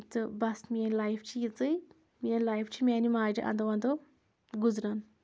تہٕ بَس میٲنۍ لایف چھِ یِژٕے میٲنۍ لایف چھِ میانہِ ماجہِ اندو اندو گُزران